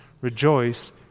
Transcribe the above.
rejoice